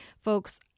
folks